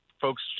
folks